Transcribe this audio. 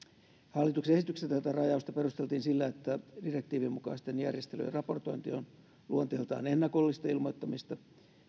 hallituksen esityksessä tätä rajausta perusteltiin sillä että direktiivin mukaisten järjestelyjen raportointi on luonteeltaan ennakollista ilmoittamista